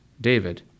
David